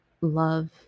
love